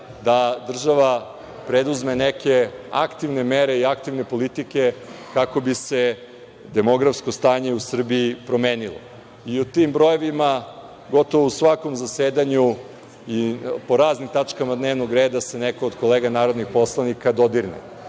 da država preduzme neke aktivne mere i aktivne politike kako bi se demografsko stanje u Srbiji promenilo. Tim brojevima, gotovo u svakom zasedanju i po raznim tačkama dnevnog reda se neko od kolega, narodnih poslanika dodirne.